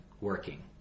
working